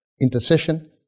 intercession